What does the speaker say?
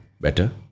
better